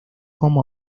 como